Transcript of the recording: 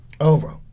Over